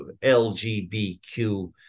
LGBTQ